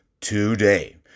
today